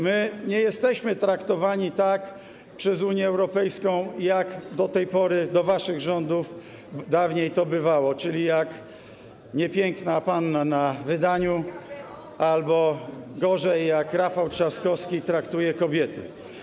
My nie jesteśmy traktowani przez Unię Europejską tak, jak do tej pory, do waszych rządów, dawniej to bywało, czyli jak niepiękna panna na wydaniu albo gorzej, jak Rafał Trzaskowski traktuje kobiety.